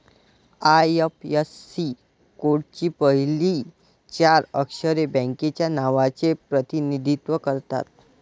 IFSC कोडची पहिली चार अक्षरे बँकेच्या नावाचे प्रतिनिधित्व करतात